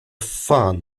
fan